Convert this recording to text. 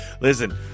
Listen